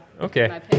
Okay